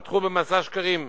פתחו במסע שקרים,